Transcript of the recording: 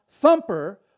Thumper